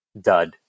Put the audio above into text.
dud